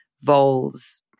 voles